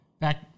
back